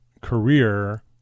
career